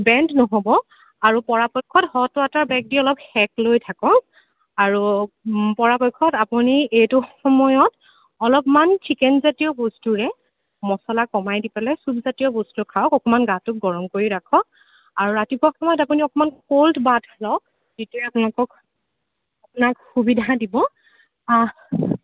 band নহ'ব আৰু পৰাপক্ষত হট ৱাটাৰ বেগ দি অলপ সেক লৈ থাকক আৰু পৰাপক্ষত আপুনি এইটো সময়ত অলপমান চিকেনজাতীয় বস্তুৰে মছলা কমাইদি পেলাই চুপজাতীয় বস্তু খাওক অকণমান গাটো গৰম কৰি ৰাখক আৰু ৰতিপুৱা সময়ত আপুনি অকণমান কল্ড বাথ লওক যিটোৱে আপোনালোকক আপোনাক সুবিধা দিব আহ